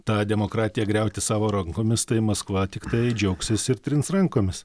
tą demokratiją griauti savo rankomis tai maskva tiktai džiaugsis ir trins rankomis